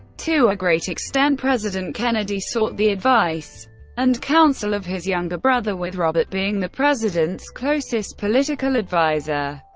to a great extent, president kennedy sought the advice and counsel of his younger brother, with robert being the president's closest political adviser.